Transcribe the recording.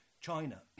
China